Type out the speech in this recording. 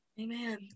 Amen